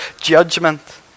judgment